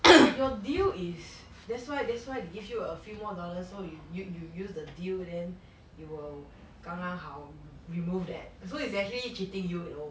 your deal is that's why that's why they give you a few more dollars so you you you use the deal then you will 刚刚好 remove that so is actually cheating you you know